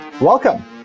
welcome